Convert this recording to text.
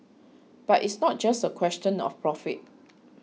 but it's not just a question of profit